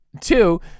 two